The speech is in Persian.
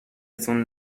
تون